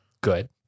good